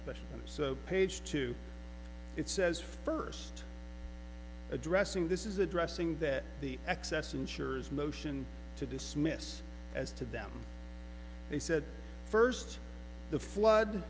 special so page two it says first addressing this is addressing that the excess insurers motion to dismiss as to them they said first the flood